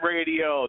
Radio